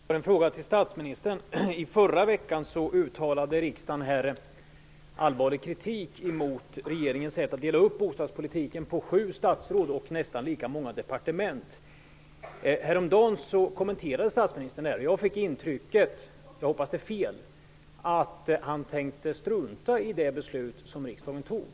Herr talman! Jag vill vända mig till statsministern. I förra veckan uttalade riksdagen allvarlig kritik mot regeringens sätt att dela upp bostadspolitiken på sju statsråd och nästan lika många departement. Häromdagen kommenterade statsministern detta och jag fick intrycket -- jag hoppas att det är fel -- att han tänkte strunta i det beslut som riksdagen fattade.